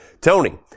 Tony